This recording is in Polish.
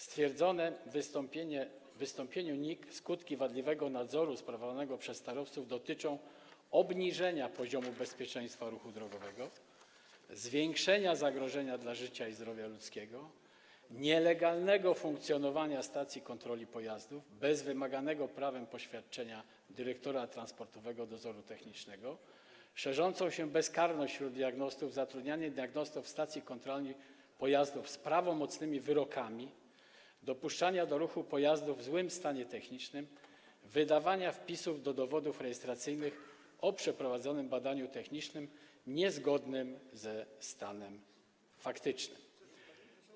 Stwierdzone w wystąpieniu NIK skutki wadliwego nadzoru sprawowanego przez starostów dotyczą: obniżenia poziomu bezpieczeństwa ruchu drogowego, zwiększenia zagrożenia dla życia i zdrowia ludzkiego, nielegalnego funkcjonowania stacji kontroli pojazdów bez wymaganego prawem poświadczenia dyrektora Transportowego Dozoru Technicznego, szerzącej się bezkarności wśród diagnostów, zatrudniania diagnostów stacji kontrolnych pojazdów z prawomocnymi wyrokami, dopuszczania do ruchu pojazdów w złym stanie technicznym i wydawania wpisów do dowodów rejestracyjnych o przeprowadzonym badaniu technicznym niezgodnych ze stanem faktycznym.